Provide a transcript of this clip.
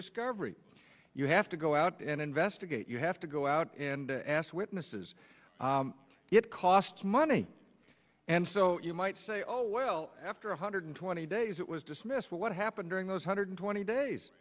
discovery you have to go out and investigate you have to go out and ask witnesses it costs money and so you might say oh well after one hundred twenty days it was dismissed but what happened during those hundred twenty days